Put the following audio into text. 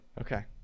Okay